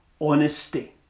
honesty